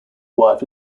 wife